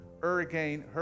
Hurricane